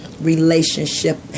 relationship